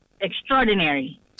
extraordinary